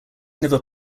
never